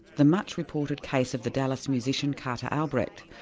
the much reported case of the dallas musician carter albrecht,